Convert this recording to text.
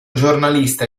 giornalista